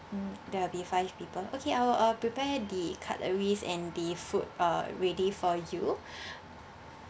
mm there will be five people okay I'll I'll prepare the cutleries and the food uh ready for you